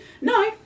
No